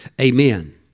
Amen